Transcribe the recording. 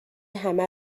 همه